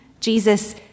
Jesus